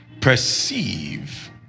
perceive